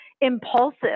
impulsive